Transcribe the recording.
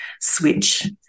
switch